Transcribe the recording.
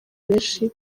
benshi